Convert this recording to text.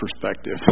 perspective